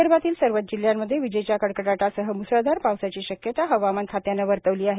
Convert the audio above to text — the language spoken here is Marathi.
विदर्भातील सर्वच जिल्ह्यांमध्ये विजेच्या कडकटासह म्सळधार पावसाची शक्यता हवामान खात्याने वर्तवली आहे